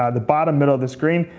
ah the bottom middle of the screen,